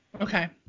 Okay